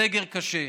הסגר קשה.